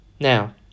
Now